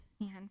Man